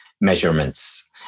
measurements